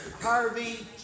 Harvey